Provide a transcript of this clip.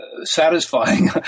Satisfying